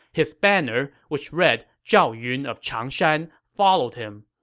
his banner, which read zhao yun of changshan, followed him.